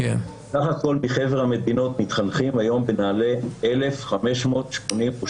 סך הכול מחבר המדינות מתחנכים היום בנעל"ה 1,588 תלמידים.